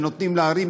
ונותנים לערים,